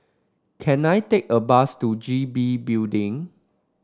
can I take a bus to G B Building